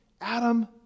Adam